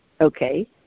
okay